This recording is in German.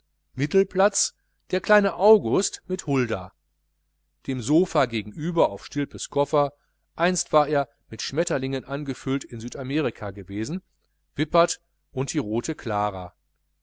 mittelplatz der kleine august mit hulda dem sopha gegenüber auf stilpes koffer einst war er mit schmetterlingen angefüllt in südamerika gewesen wippert und die rote clara